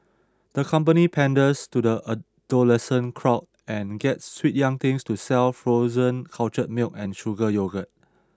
the company panders to the adolescent crowd and gets sweet young things to sell frozen cultured milk and sugar yogurt